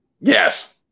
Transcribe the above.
Yes